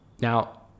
Now